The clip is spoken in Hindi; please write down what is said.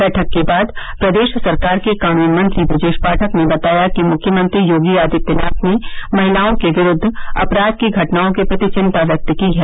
बैठक के बाद प्रदेश सरकार के कानून मंत्री ब्रजेश पाठक ने बताया कि मुख्यमंत्री योगी आदित्यनाथ ने महिलाओं के विरूद्व अपराध की घटनाओं के प्रति चिंता व्यक्त की है